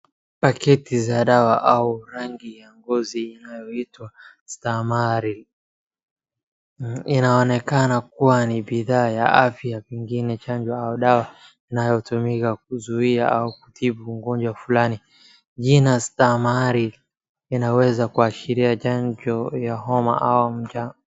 Paketi za dawa au rangi ya ngozi inayoitwa Stamaril . Inaonekana kuwa ni bidhaa ya afya, pengine chanjo au dawa inayotumika kuzuia au kutibu ugonjwa fulani. Jina Stamaril linaweza kuashiria chanjo ya homa au mja....